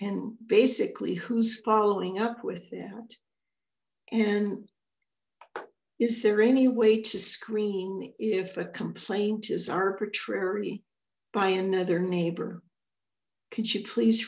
and basically who's following up with that and is there any way to screen if a complaint is arbitrary by another neighbor could you please